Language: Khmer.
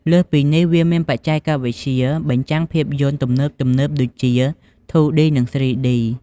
លើសពីនេះ វាមានបច្ចេកវិទ្យាបញ្ចាំងភាពយន្តទំនើបៗដូចជា ធូឌី (2D) និង ស្រ៊ីឌី (3D)។